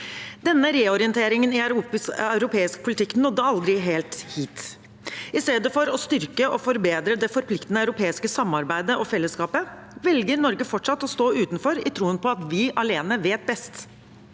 Denne reorienteringen i europeisk politikk nådde aldri helt hit. I stedet for å styrke og forbedre det forpliktende europeiske samarbeidet og fellesskapet velger Norge fortsatt å stå utenfor i troen på at vi alene vet best.